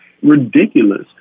Ridiculous